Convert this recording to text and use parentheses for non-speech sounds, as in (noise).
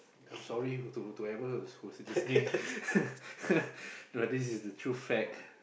I'm sorry to whoever who's listening (laughs) but this is the true fact